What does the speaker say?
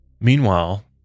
Meanwhile